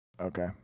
Okay